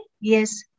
yes